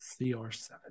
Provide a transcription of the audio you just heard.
CR7